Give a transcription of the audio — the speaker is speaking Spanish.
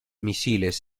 misiles